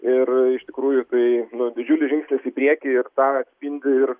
ir iš tikrųjų tai nu didžiulis žingsnis į priekį ir tą atspindi ir